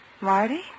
Marty